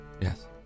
yes